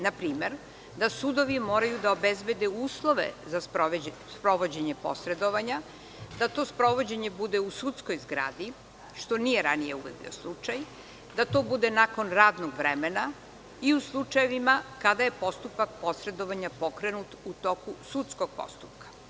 Na primer, da sudovi moraju da obezbede uslove za sprovođenje posredovanja, da to sprovođenje bude u sudskoj zgradi, što nije ranije uvek bio slučaj, da to bude nakon radnog vremena i u slučajevima kada je postupak posredovanja pokrenut u toku sudskog postupka.